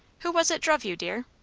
who was it druv you, dear?